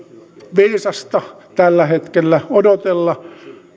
viisasta tällä hetkellä odotella